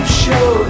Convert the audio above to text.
show